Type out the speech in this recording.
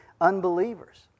unbelievers